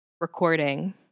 recording